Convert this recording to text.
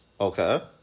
Okay